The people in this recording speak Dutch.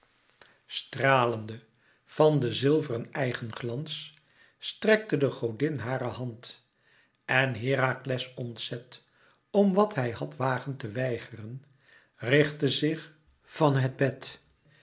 stralende van den zilveren eigenglans strekte de godin hare hand en herakles ontzet om wat hij had wagen te weigeren richtte zich van het bed